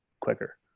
quicker